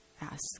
Ask